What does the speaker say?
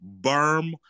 berm